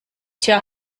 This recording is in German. tja